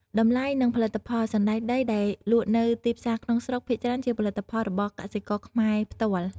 តម្លៃនិងផលិតផល សណ្ដែកដីដែលលក់នៅទីផ្សារក្នុងស្រុកភាគច្រើនជាផលិតផលរបស់កសិករខ្មែរផ្ទាល់។